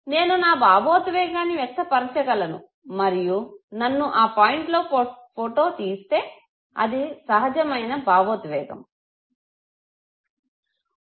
నేను నా భావోద్వేగాన్ని వ్యక్త పరచగలను మరియు నన్ను ఆ పాయింట్లో ఫోటో తీస్తే అది సహజమైన భావోద్వేగము